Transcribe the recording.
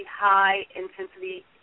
high-intensity